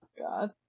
God